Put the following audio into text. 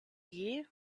you